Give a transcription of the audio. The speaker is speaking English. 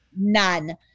none